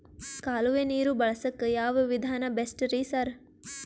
ಕಾಲುವೆ ನೀರು ಬಳಸಕ್ಕ್ ಯಾವ್ ವಿಧಾನ ಬೆಸ್ಟ್ ರಿ ಸರ್?